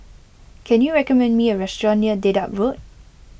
can you recommend me a restaurant near Dedap Road